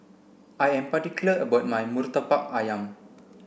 I am particular about my Murtabak Ayam